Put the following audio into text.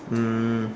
um